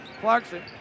Clarkson